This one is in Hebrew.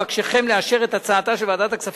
אבקשכם לאשר את הצעתה של ועדת הכספים